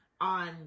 on